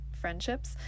friendships